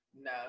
no